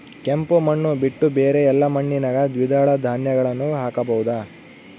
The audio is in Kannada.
ಕೆಂಪು ಮಣ್ಣು ಬಿಟ್ಟು ಬೇರೆ ಎಲ್ಲಾ ಮಣ್ಣಿನಾಗ ದ್ವಿದಳ ಧಾನ್ಯಗಳನ್ನ ಹಾಕಬಹುದಾ?